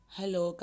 hello